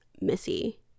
Missy